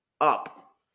up